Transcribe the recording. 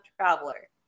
traveler